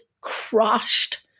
crushed